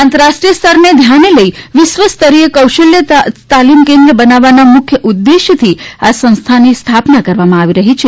આંતરરાષ્ટ્રીય સ્તરને ધ્યાને લઈને વિશ્વસ્તરીય કૌશલ્ય તાલીમ કેન્દ્ર બનાવવાના ઉદ્દેશથી આ સંસ્થાને સ્થાપના કરવામાં આવી રહી છે